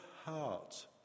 heart